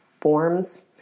forms